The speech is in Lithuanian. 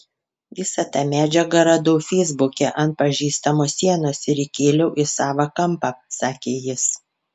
visą tą medžiagą radau feisbuke ant pažįstamo sienos ir įkėliau į savą kampą sakė jis